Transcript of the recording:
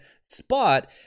spot